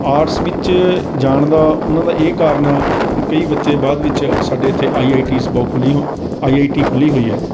arts ਵਿੱਚ ਜਾਣ ਦਾ ਉਨ੍ਹਾਂ ਦਾ ਇਹ ਕਾਰਨ ਆ ਹੁਣ ਕਈ ਬੱਚੇ ਬਾਅਦ ਵਿੱਚ ਸਾਡੇ ਇੱਥੇ ਆਈ ਆਈ ਟੀਸ ਬਹੁਤ ਖੁੱਲ੍ਹੀਆਂ ਆਈ ਆਈ ਟੀ ਖੁੱਲ੍ਹੀ ਹੋਈ ਹੈ